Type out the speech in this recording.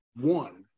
one